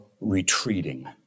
retreating